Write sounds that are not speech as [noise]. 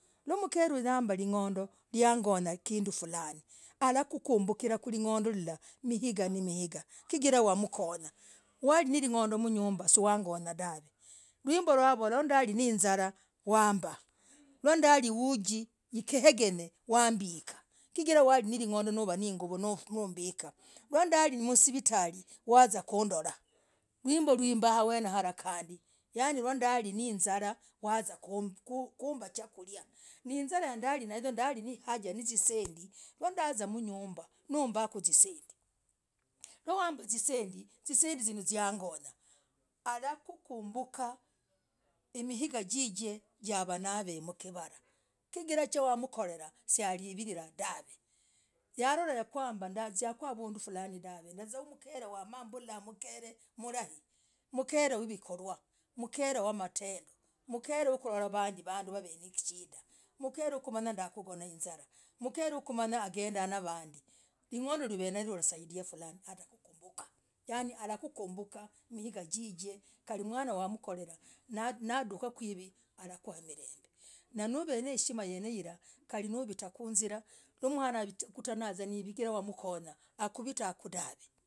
Nooh mkere huyu nambaah ling'ondo yangonyah kinduu fulaani alakumbukirah kuling'ondoo hilah miigaa na miigaa chigirah wamkonyah walinaling'ondoo mnyumbah suwang'onyah ndav [hesitation] nimbouvolah nav [hesitation] naizilah wambah no ndali uji kiegeny [hesitation] wambiikaah chigirah walinaling'ondoo walininguo no mbiikaah no ndali mo svitalii wazaah kundolah lwimboo lwiimbaa hawenehoo kandii yani ndalinizarah wambah chakuriah nizarah ndali na hajah na zisendii na ndazia mnyumbah wambakuu zisendii no wambaa zisendii zisendii hozoo zang'onya harakumbukah himigaa jijij [hesitation] haravaa mkivarah chigirah chakorerah chavirirah dahv [hesitation] yakolah yakwamba ndazikuu avunduu fulaani ndazia wamkel [hesitation] ma mbulah mkere mlahi mkere mrikurwah mkere was matendo mkere wakulorah wandii wavinizishindah mkere wakumanyah ndakugonah hizarah mkere wakumanyah agendah na vandii ling'ondo huvenayoo ulasaidia fulaani atakumbuka yani arakukumbuka miigaa jijij [hesitation] kandii mwana mwamkorerah nadukah kwiv [hesitation] harakuwa milemb [hesitation] heshima yeen [hesitation] hirah kali no vitah kuzia no mwana ko akuna naiv [hesitation] chigirah wamkonyah hakuvitakuu dahvee.